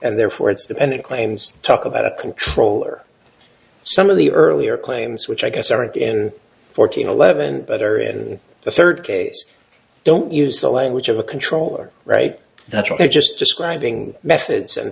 and therefore it's dependent claims talk about a control or some of the earlier claims which i guess aren't and fourteen eleven better in the third case don't use the language of a controller right that's ok just describing methods and